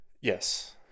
Yes